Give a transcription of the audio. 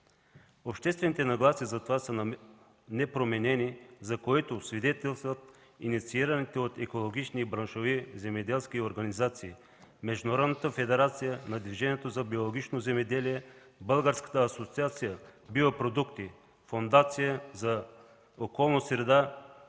Обществените нагласи за това са непроменени, за което свидетелстват инициативите от екологични и браншови земеделски организации, Международната федерация на движението за биологично земеделие, Българската асоциация „Биопродукти”, Фондацията за околна среда